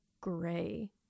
gray